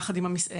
יחד עם המשרדים.